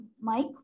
Mike